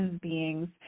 beings